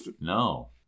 No